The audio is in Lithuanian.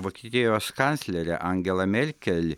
vokietijos kanclere angela merkel